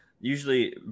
Usually